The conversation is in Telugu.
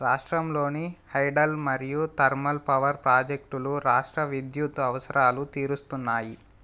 రాష్ట్రంలోని హైడల్ మరియు థర్మల్ పవర్ ప్రాజెక్టులు రాష్ట్ర విద్యుత్ అవసరాలు తీరుస్తున్నాయి